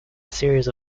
series